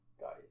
guys